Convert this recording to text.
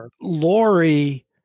Lori